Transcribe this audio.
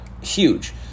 huge